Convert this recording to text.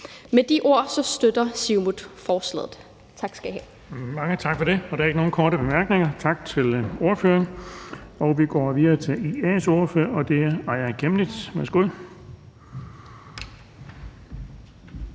Med de ord støtter Siumut forslaget.